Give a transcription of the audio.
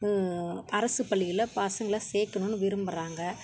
அரசுப் பள்ளிகளில் பசங்களை சேர்க்கணுன்னு விரும்புகிறாங்க